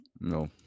No